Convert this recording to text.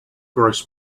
gross